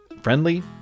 friendly